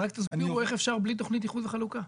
תסבירו איך אפשר בלי תכנית איחוד וחלוקה.